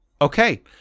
okay